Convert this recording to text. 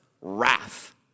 wrath